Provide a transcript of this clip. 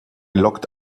locked